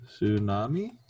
tsunami